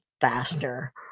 faster